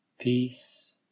Peace